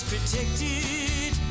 Protected